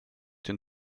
den